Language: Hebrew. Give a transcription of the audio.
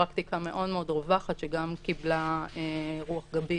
פרקטיקה מאוד מאוד רווחת שגם קיבלה רוח גבית